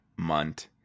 Munt